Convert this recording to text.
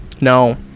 No